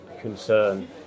concern